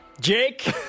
Jake